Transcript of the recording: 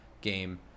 game